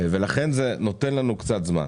לכן זה נותן לנו קצת זמן.